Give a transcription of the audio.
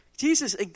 Jesus